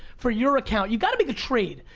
for your account. you've got to make a trade.